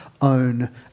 own